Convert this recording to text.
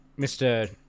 Mr